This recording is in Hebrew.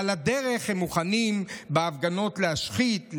על הדרך הם מוכנים בהפגנות להשחית,